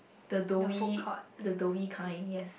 the doughy the doughy kind yes